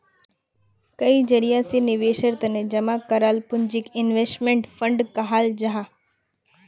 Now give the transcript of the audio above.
कई जरिया से निवेशेर तने जमा कराल पूंजीक इन्वेस्टमेंट फण्ड कहाल जाहां